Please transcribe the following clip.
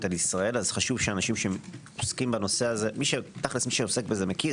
על ישראל אז חשוב שאנשים שעוסקים בנושא הזה מי שעוסק בזה מכיר